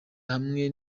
hamwe